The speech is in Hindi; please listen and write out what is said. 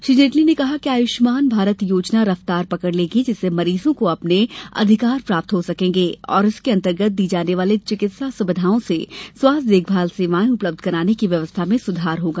श्री जेटली ने कहा कि आयुष्मान भारत योजना रफ्तार पकड़ लेगी जिससे मरीजों को अपने अधिकार प्राप्त हो सकेंगे और इसके अन्तर्गत दी जाने वाली चिकित्सा सुविधाओं से स्वास्थ देखभाल सेवाएं उपलब्ध् कराने की व्यवस्था में सुधार होगा